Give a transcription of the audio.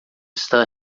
está